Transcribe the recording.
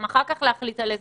אחר כך להחליט על מתווה.